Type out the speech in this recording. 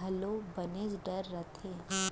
घलोक बनेच डर रथे